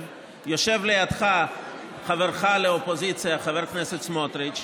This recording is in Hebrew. יושב לידך חברך לאופוזיציה, חבר הכנסת סמוטריץ',